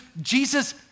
Jesus